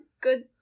good